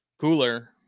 cooler